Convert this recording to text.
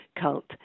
cult